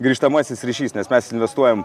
grįžtamasis ryšys nes mes investuojam